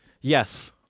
Yes